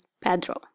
Pedro